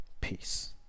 peace